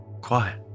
Quiet